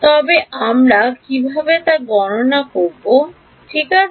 তবে আমরা কীভাবে তা গণনা করবঠিক আছে